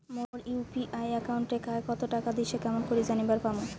মোর UPI একাউন্টে কায় কতো টাকা দিসে কেমন করে জানিবার পামু?